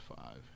five